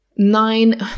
nine